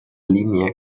línea